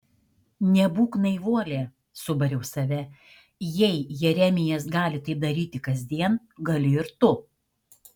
nebūk naivuolė subariau save jei jeremijas gali tai daryti kasdien gali ir tu